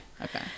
okay